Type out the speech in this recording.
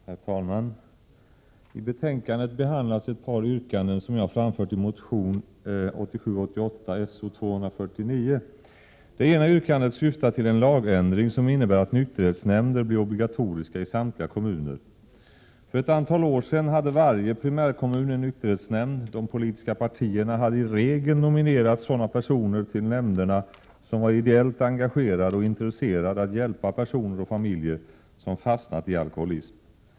Herr talman! I betänkandet behandlas ett par yrkanden som jag framfört i motion 1987/88:S0249. Det ena yrkandet syftar till en lagändring som innebär att nykterhetsnämnder blir obligatoriska i samtliga kommuner. För ett antal år sedan hade varje primärkommun en nykterhetsnämnd. De politiska partierna hade i regel nominerat sådana personer till nämnderna som var ideellt engagerade och intresserade att hjälpa personer och familjer som fastnat i alkoholism.